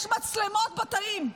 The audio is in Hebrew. יש מצלמות בתאים.